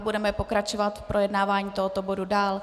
Budeme pokračovat v projednávání tohoto bodu dál.